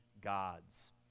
God's